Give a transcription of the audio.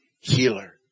healer